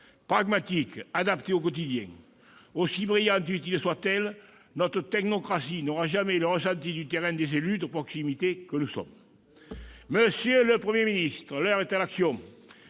pragmatiques, adaptées au quotidien. Aussi brillante et utile soit-elle, notre technocratie n'aura jamais le ressenti du terrain des élus de proximité que nous sommes ! Monsieur le Premier ministre, l'heure est à l'action.